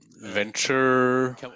venture